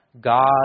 God